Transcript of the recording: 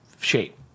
shape